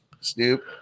Snoop